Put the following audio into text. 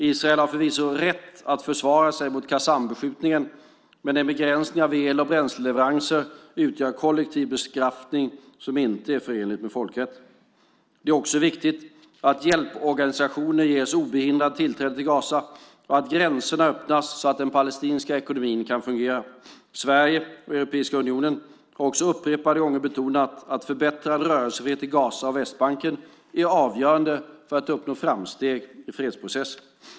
Israel har förvisso rätt att försvara sig mot Qassambeskjutningen, men en begränsning av el och bränsleleveranser utgör kollektiv bestraffning som inte är förenlig med folkrätten. Det är också viktigt att hjälporganisationer ges obehindrat tillträde till Gaza och att gränserna öppnas så att den palestinska ekonomin kan fungera. Sverige och Europeiska unionen har också upprepade gånger betonat att förbättrad rörelsefrihet i Gaza och på Västbanken är avgörande för att uppnå framsteg i fredsprocessen.